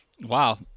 wow